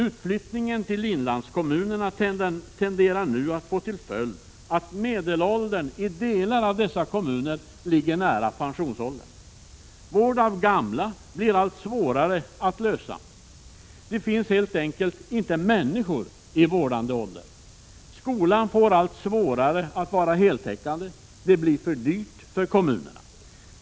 Utflyttningen till inlandskommunerna tenderar nu att få till följd att medelåldern i delar av dessa kommuner ligger nära pensionsåldern. Vård av gamla blir allt svårare att klara av. Det finns helt enkelt inte människor i vårdande ålder. Skolan får allt svårare att vara heltäckande; det blir för dyrt för kommunerna.